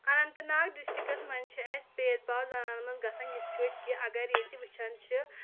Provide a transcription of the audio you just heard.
Anant Nag districts منٛز چھِ اَسہِ بید باو زَنانَن منٛز گژھان یِتھ کٔنۍ کہِ اَگر ییٚتہِ وٕچھان چھِ